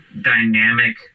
dynamic